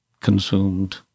consumed